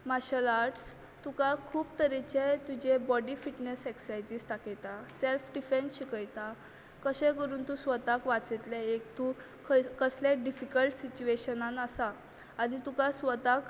martial arts तुका खूब तरेचें तुजे बोडी फिटनेस एक्सर्सायजीस दाखयता सेल्फ डिफेंस शिकयता कशें करून तूं स्वताक वाचयतलें एक तूं खंय कसलें डिफीक्लट सिचूवेशनान आसा आनी तुका स्वताक